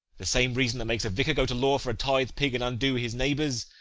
the same reason that makes a vicar go to law for a tithe-pig, and undo his neighbours,